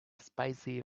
spicy